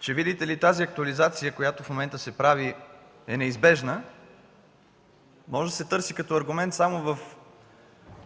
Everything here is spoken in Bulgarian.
че виждате ли тази актуализация, която в момента се прави, е неизбежна, може да се търси като аргумент само в